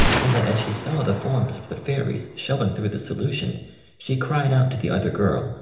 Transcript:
and that as she saw the forms of the fairies showing through the solution she cried out to the other girl,